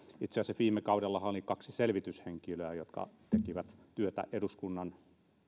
itse asiassa viime kaudellahan oli kaksi selvityshenkilöä jotka tekivät työtä